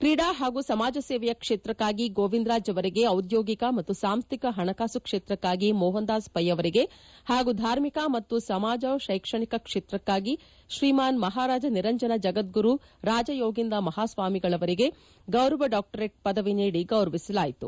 ಕ್ರೀಡಾ ಮತ್ತು ಸಮಾಜ ಸೇವೆಯ ಕ್ಷೇತ್ರಕ್ಕಾಗಿ ಗೋವಿಂದರಾಜ್ ಅವರಿಗೆ ಔದ್ಯೋಗಿಕ ಮತ್ತು ಸಾಂಶ್ಕಿಕ ಪಣಕಾಸು ಕ್ಷೇತ್ರಕ್ಕಾಗಿ ಮೋಹನದಾಸ ವೈ ಅವರಿಗೆ ಹಾಗೂ ಧಾರ್ಮಿಕ ಮತ್ತು ಸಮಾಜೋ ಶೈಕ್ಷಣಿಕ ಕ್ಷೇತ್ರಕ್ಕಾಗಿ ಶ್ರೀಮನ್ ಮಹಾರಾಜ ನಿರಂಜನ ಜಗದ್ಗುರು ರಾಜಯೋಗೀಂದ್ರ ಮಹಾಸ್ವಾಮಿಗಳು ಅವರಿಗೆ ಗೌರವ ಡಾಕ್ಟರೇಟ್ ಪದವಿ ನೀಡಿ ಗೌರವಿಸಲಾಯಿತು